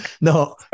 no